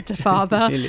father